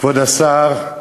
כבוד השר,